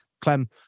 Clem